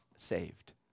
saved